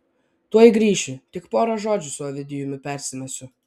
tuoj grįšiu tik pora žodžių su ovidijumi persimesiu